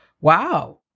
wow